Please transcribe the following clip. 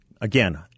Again